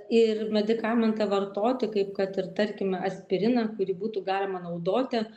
ir medikamentą vartoti kaip kad ir tarkime aspiriną kurį būtų galima naudoti